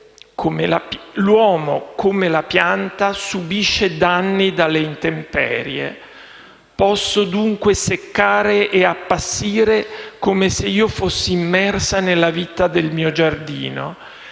«L'uomo come la pianta subisce danni dalle intemperie. Posso dunque seccare e appassire come se io fossi immersa nella vita del mio giardino.